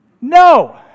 No